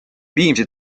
viimsi